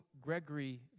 Gregory